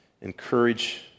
encourage